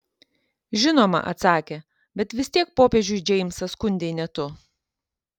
žinoma atsakė bet vis tiek popiežiui džeimsą skundei ne tu